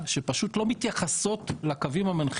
לקחתם